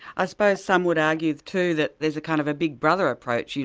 i suppose some would argue too, that there's a kind of a big brother approach, yeah